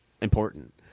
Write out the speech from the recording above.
important